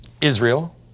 Israel